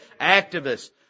activists